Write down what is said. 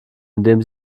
indem